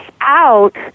out